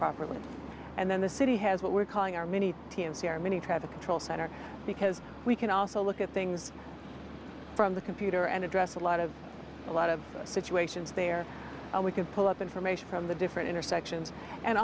properly and then the city has what we're calling our many many traffic control center because we can also look at things from the computer and address a lot of a lot of situations there and we can pull up information from the different intersections and